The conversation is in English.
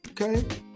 Okay